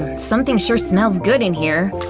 something sure smells good in here!